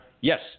Yes